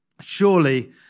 Surely